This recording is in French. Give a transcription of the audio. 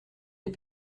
les